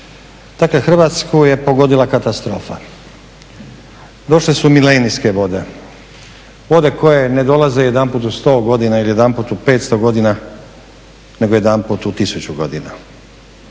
Dakle, Hrvatsku je pogodila katastrofa. Došle su milenijske vode, vode koje ne dolaze jedanput u sto godina ili jedanput u petsto godina, nego jedanput u tisuću godina.